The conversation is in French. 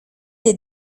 des